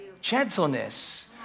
Gentleness